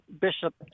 Bishop